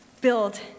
build